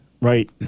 right